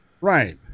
Right